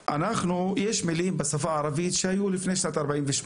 יש מילים בשפה הערבית שהיו לפני שנת 48',